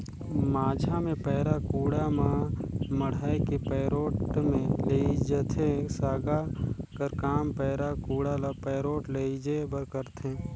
माझा मे पैरा कुढ़ा ल मढ़ाए के पैरोठ मे लेइजथे, सागा कर काम पैरा कुढ़ा ल पैरोठ लेइजे बर करथे